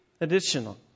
additional